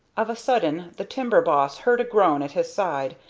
of a sudden the timber boss heard a groan at his side,